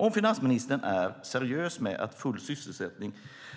Om finansministern är seriös med att full sysselsättning